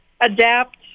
adapt